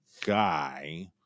guy